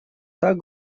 так